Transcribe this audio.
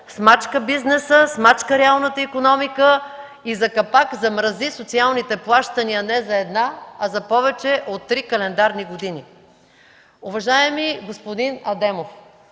смачка бизнеса, смачка реалната икономика и за капак замрази социалните плащания не за една, а за повече от три календарни години. Уважаеми господин Адемов,